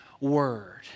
word